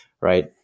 right